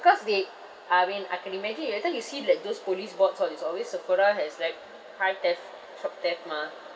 because they uh I mean I can imagine wait until you see like those police boards all these always Sephora has like high theft shop theft mah